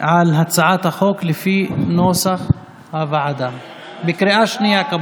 על הצעת החוק על פי נוסח הוועדה בקריאה השנייה.